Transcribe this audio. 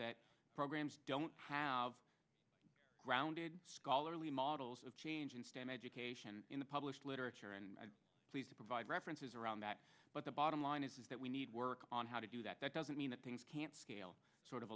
that programs don't have grounded scholarly models of change in stem education in the published literature and please provide references around that but the bottom line is that we need work on how to do that that doesn't mean that things can't scale sort of